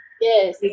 Yes